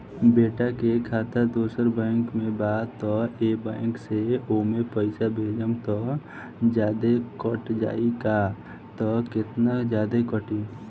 बेटा के खाता दोसर बैंक में बा त ए बैंक से ओमे पैसा भेजम त जादे कट जायी का त केतना जादे कटी?